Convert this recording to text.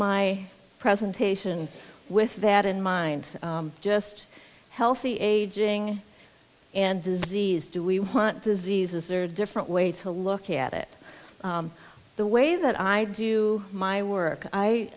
my presentation with that in mind just healthy aging and disease do we want diseases or different ways to look at it the way that i do my work i